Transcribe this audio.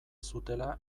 zutela